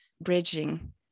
bridging